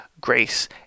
Grace